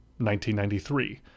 1993